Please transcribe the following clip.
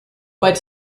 but